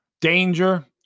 danger